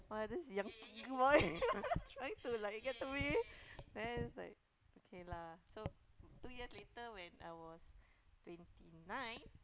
!wah! this young boy trying to like get to me then it's like okay lah so two years later when I was twenty nine